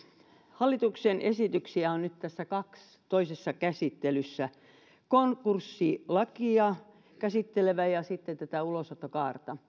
hallituksen esityksiä on nyt tässä kaksi toisessa käsittelyssä konkurssilakia ja sitten tätä ulosottokaarta